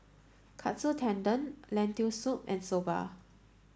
Katsu Tendon Lentil soup and Soba